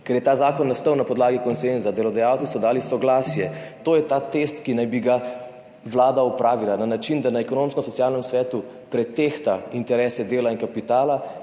ker je ta zakon nastal na podlagi konsenza, delodajalci so dali soglasje. To je ta test, ki naj bi ga vlada opravila na način, da na Ekonomsko-socialnem svetu pretehta interese dela in kapitala,